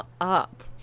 up